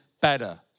better